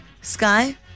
Sky